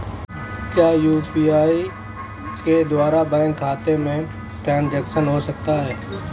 क्या यू.पी.आई के द्वारा बैंक खाते में ट्रैन्ज़ैक्शन हो सकता है?